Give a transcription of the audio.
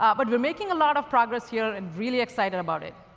ah but we're making a lot of progress here and really excited about it.